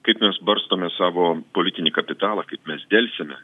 kaip mes barstome savo politinį kapitalą kaip mes delsiame